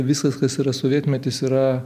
viskas kas yra sovietmetis yra